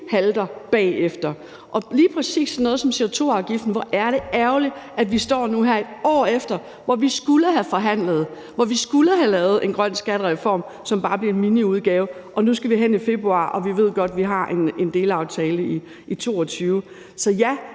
halter bagefter. Og i forhold til lige præcis sådan noget som CO2-afgiften er det ærgerligt, at vi nu står her et år efter, hvor vi skulle have forhandlet, og hvor vi skulle have lavet en grøn skattereform, som bare bliver en miniudgave. Og nu skal vi hen i februar, og vi ved godt, at vi har en delaftale i 2022. Så ja,